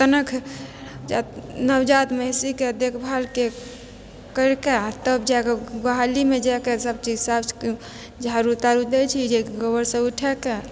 तनिक नवजात मवेशीके देखभालके करिके तब जाकऽ गोहालीमे जाकऽ सबचीज साफ झाड़ू ताडु दै छी जे गोबर सब उठाकऽ